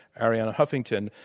arianna huffington,